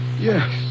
Yes